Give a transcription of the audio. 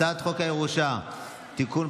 הצעת חוק הירושה (תיקון,